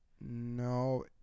No